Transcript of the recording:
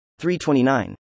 329